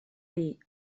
dir